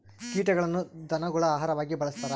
ಕೀಟಗಳನ್ನ ಧನಗುಳ ಆಹಾರವಾಗಿ ಬಳಸ್ತಾರ